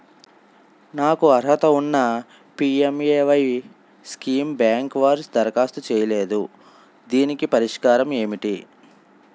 నాకు అర్హత ఉన్నా పి.ఎం.ఎ.వై స్కీమ్ బ్యాంకు వారు దరఖాస్తు చేయలేదు దీనికి పరిష్కారం ఏమిటి?